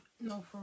No